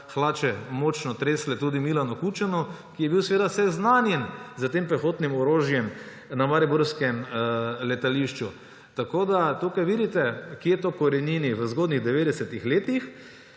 hlače močno tresle tudi Milanu Kučanu, ki je bil seveda seznanjen s tem pehotnim orožjem na mariborskem letališču. Tukaj vidite, kje to korenini − v zgodnjih devetdesetih